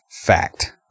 fact